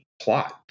plot